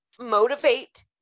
motivate